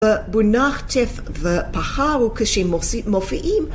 במונח תף ופחר וכשמופיעים